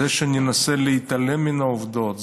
בזה שננסה להתעלם מן העובדות,